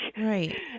Right